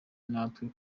natwe